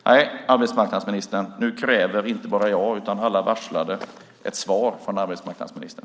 Nej, arbetsmarknadsministern, nu kräver inte bara jag utan alla varslade ett svar från arbetsmarknadsministern.